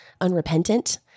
unrepentant